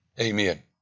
Amen